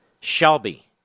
Shelby